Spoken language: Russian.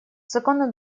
законы